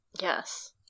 Yes